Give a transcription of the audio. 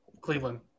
Cleveland